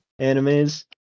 animes